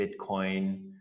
Bitcoin